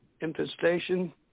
infestation